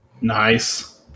Nice